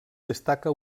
destaca